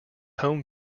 home